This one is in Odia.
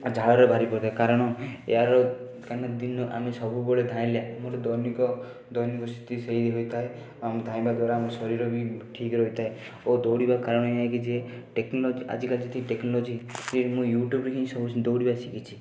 ଝାଳରେ ବାହାରି ପଡ଼ିଥାଏ କାରଣ ଏହାର କାହିଁକି ନା ଦିନ ଆମେ ସବୁବେଳେ ଧାଇଁଲେ ଆମର ଦୈନିକ ଦୈନିକ ସ୍ଥିତି ସେହି ହେଇଥାଏ ଆମେ ଧାଇଁବା ଦ୍ଵାରା ଆମ ଶରୀର ବି ଠିକ୍ ରହିଥାଏ ଓ ଦୌଡ଼ିବା କାରଣ ଏହା କି ଯେ ଟେକ୍ନୋଲୋଜି ଆଜିକାଲି ଟେକ୍ନୋଲୋଜି ମୁଁ ୟୁଟ୍ୟୁବ୍ରୁ ହିଁ ସବୁ ଦୌଡ଼ିବା ଶିଖିଛି